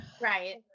right